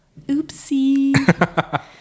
oopsie